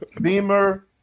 Beamer